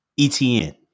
ETN